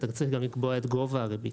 אתה צריך גם לקבוע את גובה הריבית.